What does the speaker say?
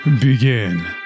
begin